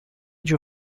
age